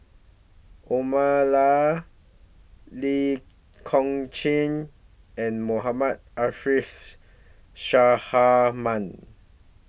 Omar Lee Kong Chian and Mohammad Arif